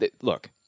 Look